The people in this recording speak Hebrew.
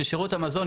ששירות המזון,